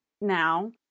Now